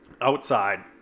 outside